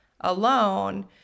alone